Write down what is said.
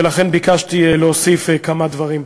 ולכן ביקשתי להוסיף כמה דברים.